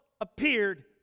appeared